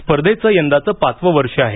स्पर्धेचं यंदाचं पाचवं वर्ष आहे